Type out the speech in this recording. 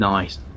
Nice